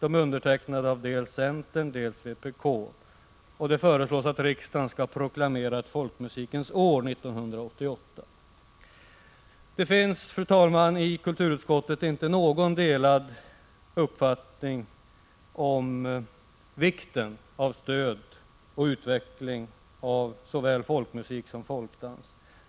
I motionerna som har undertecknats av centern och vpk föreslås att riksdagen skall proklamera ett Folkmusikens år 1988. Fru talman! I kulturutskottet finns det inte någon delad uppfattning om vikten av stöd till och utveckling av såväl folkmusik som folkdans.